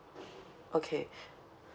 okay